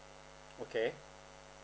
okay